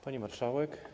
Pani Marszałek!